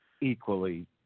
equally